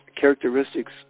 characteristics